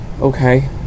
Okay